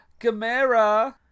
Gamera